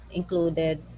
included